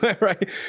right